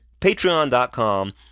patreon.com